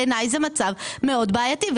ובעיניי זה מצב מאוד בעייתי.